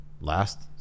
last